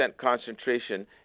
concentration